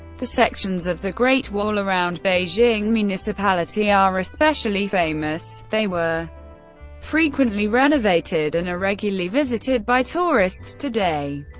the sections of the great wall around beijing municipality are especially famous they were frequently renovated and are regularly visited by tourists today.